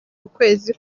ukwezi